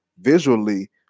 visually